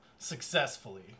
successfully